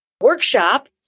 workshop